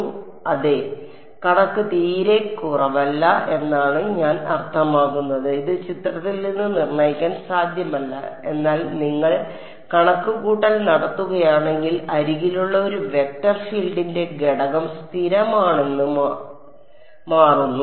അതിനാൽ അതെ കണക്ക് തീരെ കുറവല്ല എന്നാണ് ഞാൻ അർത്ഥമാക്കുന്നത് ഇത് ചിത്രത്തിൽ നിന്ന് നിർണ്ണയിക്കാൻ സാധ്യമല്ല എന്നാൽ നിങ്ങൾ കണക്കുകൂട്ടൽ നടത്തുകയാണെങ്കിൽ അരികിലുള്ള ഒരു വെക്റ്റർ ഫീൽഡിന്റെ ഘടകം സ്ഥിരമാണെന്ന് മാറുന്നു